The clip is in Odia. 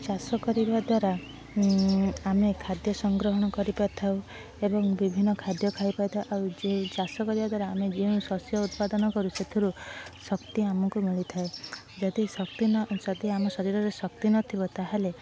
ଚାଷ କରିବା ଦ୍ଵାରା ଆମେ ଖାଦ୍ୟ ସଂଗ୍ରହଣ କରିପାରିଥାଉ ଏବଂ ବିଭିନ୍ନ ଖାଦ୍ୟ ଖାଇପାରିଥାଉ ଆଉ ଯେ ଚାଷ କରିବା ଦ୍ଵାରା ଆମେ ଯେଉଁ ଶସ୍ୟ ଉତ୍ପାଦନ କରୁ ସେଥିରୁ ଶକ୍ତି ଆମକୁ ମିଳିଥାଏ ଯଦି ଶକ୍ତି ନ ଯଦି ଆମ ଶରୀରରେ ଶକ୍ତି ନଥିବ ତାହେଲେ